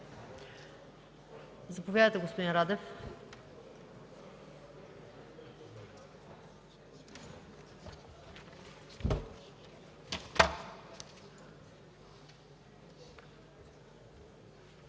Заповядайте, господин Адемов.